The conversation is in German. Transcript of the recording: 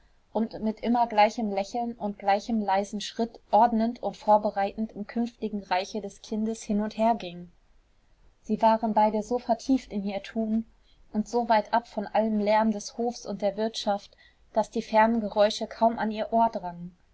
und mit immer gleichem lächeln und gleichem leisen schritt ordnend und vorbereitend im künftigen reiche des kindes hin und her ging sie waren beide so vertieft in ihr tun und so weit ab von allem lärm des hofs und der wirtschaft daß die fernen geräusche kaum an ihr ohr drangen